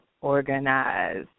organized